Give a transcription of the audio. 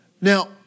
Now